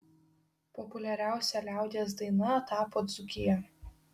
populiariausia liaudies daina tapo dzūkija